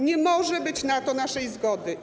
Nie może być na to naszej zgody.